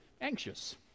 anxious